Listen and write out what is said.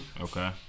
Okay